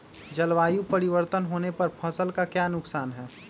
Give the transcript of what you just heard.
जलवायु परिवर्तन होने पर फसल का क्या नुकसान है?